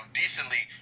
decently